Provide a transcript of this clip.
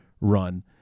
run